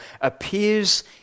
appears